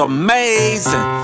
amazing